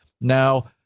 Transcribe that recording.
Now